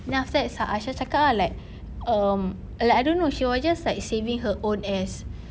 then after that aisha cakap ah like um like I don't know she was just like saving her own ass